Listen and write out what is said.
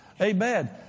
Amen